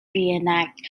reenact